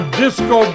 disco